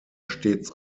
stets